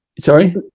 sorry